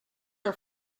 are